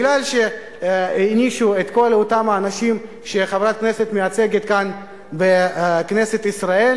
כי הענישו את כל אותם אנשים שחברת הכנסת מייצגת כאן בכנסת ישראל